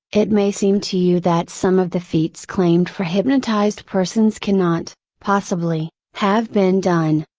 it may seem to you that some of the feats claimed for hypnotized persons cannot, possibly, have been done.